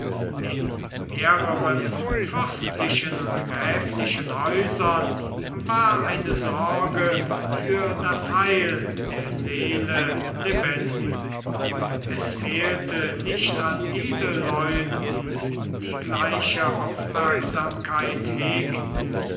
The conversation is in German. in mehreren fürstlichen und gräflichen häusern war eine sorge für das heil der seele lebendig es fehlte nicht an edelleuten die gleiche aufmerksamkeit hegten